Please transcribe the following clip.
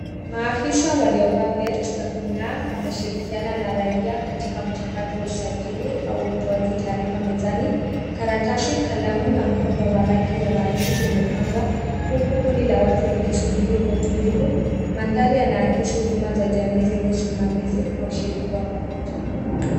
Maafisa waliovaa vest za kinga wanashirikiana na raia katika mchakato wa usajili au utoaji taarifa mezani. Karatasi, kalamu na mkoba wa rangi ya waridi vimepangwa huku kundi la watu likisubiri kwa utulivu. Mandhari yanaakisi huduma za jamii zenye usimamizi na ushiriki wa pamoja.